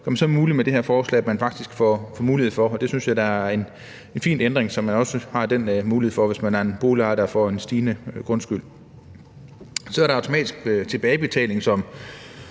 får man så faktisk mulighed for med det her forslag, og det synes jeg da er en fin ændring, så man også har den mulighed, hvis man er en boligejer, der får en stigende grundskyld. Så er der automatisk tilbagebetaling, som